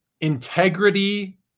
integrity